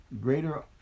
Greater